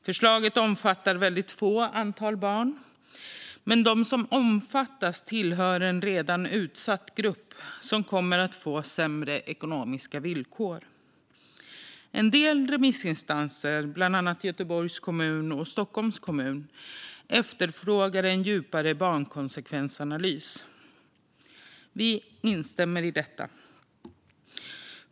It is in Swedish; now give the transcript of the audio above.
Förslaget omfattar ett väldigt litet antal barn, men de som omfattas tillhör en redan utsatt grupp som kommer att få sämre ekonomiska villkor. En del remissinstanser, bland annat Göteborgs kommun och Stockholms kommun, efterfrågar en djupare barnkonsekvensanalys. Vi instämmer i detta.